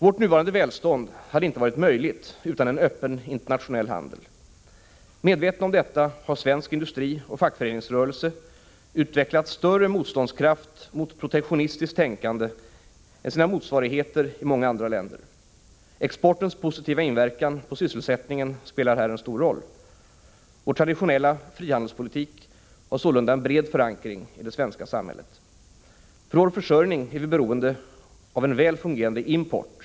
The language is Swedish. Vårt nuvarande välstånd hade inte varit möjligt utan en öppen internatio nell handel. Medvetna om detta har svensk industri och fackföreningsrörelse utvecklat större motståndskraft mot protektionistiskt tänkande än sina motsvarigheter i många andra länder. Exportens positiva inverkan på sysselsättningen spelar här en stor roll. Vår traditionella frihandelspolitik har sålunda bred förankring i det svenska samhället. För vår försörjning är vi beroende av en väl fungerande import.